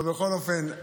בכל אופן,